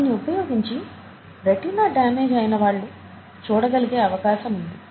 దీన్ని ఉపయోగించి retina damage అయిన వాళ్ళు చూడగలిగే అవకాశం ఉంది